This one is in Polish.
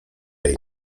jej